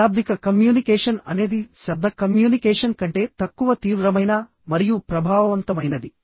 అశాబ్దిక కమ్యూనికేషన్ అనేది శబ్ద కమ్యూనికేషన్ కంటే తక్కువ తీవ్రమైన మరియు ప్రభావవంతమైనది